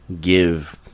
give